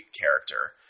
character